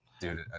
dude